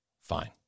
Fine